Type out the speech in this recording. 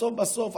בסוף בסוף,